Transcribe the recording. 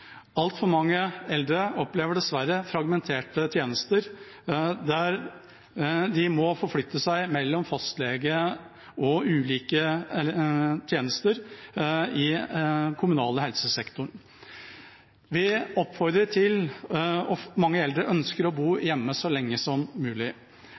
Altfor mange eldre opplever dessverre fragmenterte tjenester der de må forflytte seg mellom fastlege og ulike tjenester i den kommunale helsesektoren. Mange eldre ønsker å bo hjemme så lenge som mulig,